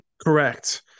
Correct